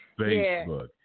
Facebook